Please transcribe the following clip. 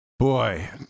Boy